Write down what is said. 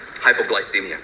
Hypoglycemia